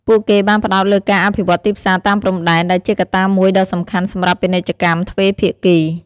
ពួកគេបានផ្តោតលើការអភិវឌ្ឍទីផ្សារតាមព្រំដែន ដែលជាកត្តាមួយដ៏សំខាន់សម្រាប់ពាណិជ្ជកម្មទ្វេភាគី។